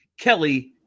Kelly